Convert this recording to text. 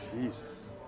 Jesus